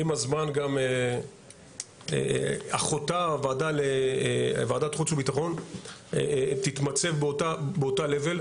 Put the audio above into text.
עם הזמן אחותה ועדת חוץ וביטחון תתמצא באותה רמה,